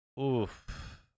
Oof